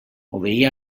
obeïa